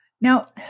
Now